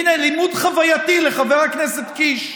הינה, לימוד חווייתי לחבר הכנסת קיש.